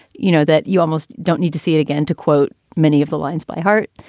you know, that you almost don't need to see it again to quote many of the lines by heart.